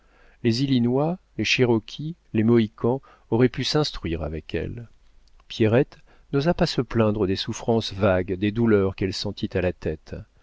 les illinois les chérokées les mohicans auraient pu s'instruire avec elle pierrette n'osa pas se plaindre des souffrances vagues des douleurs qu'elle sentit à la tête